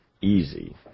easy